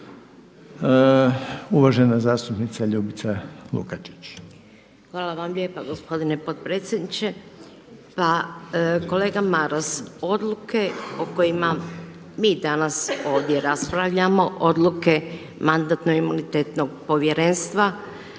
Uvažena zastupnica Ljubica Lukačić.